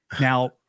now